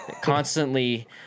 constantly